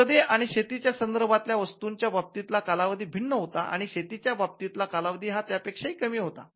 औषधी आणि शेतीच्या संदर्भातल्या वस्तूंच्या बाबतीतला कालावधी भिन्न होता आणि शेतीच्या बाबतीतला कालावधी हा त्यापेक्षा कमी होता